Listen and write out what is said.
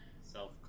self